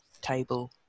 table